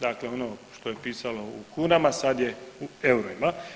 Dakle, ono što je pisalo u kunama, sad je u eurima.